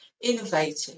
innovative